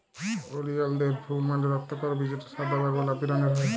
ওলিয়ালদের ফুল মালে রক্তকরবী যেটা সাদা বা গোলাপি রঙের হ্যয়